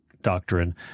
doctrine